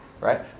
Right